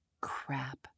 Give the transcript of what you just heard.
Crap